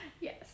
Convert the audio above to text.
Yes